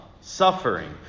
suffering